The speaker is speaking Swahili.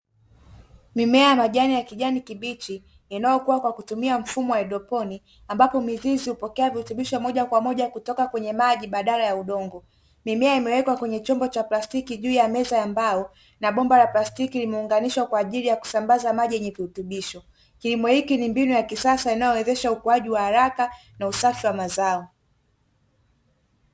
Mimea ya majani ya kijani kibichi inayokua kwa kutumia mfumo wa haidroponi ambapo miziz hupokea virutubisho moja kwa moja kutoa kwenye maji badala ya udongo mimea imewekwa juu ya chombo cha plastiki kwenye meza ya mbao na bomba la plastiki limunganishwa kwa ajili ya kusambaza maji yenye virutubisho, kilimo hiki ni mbinu ya kisasa inyowezesha ukuaji wa haraka na usafi wa mazao.